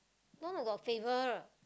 no no got flavour